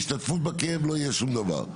השתתפות בכאב לא יהיה שום דבר.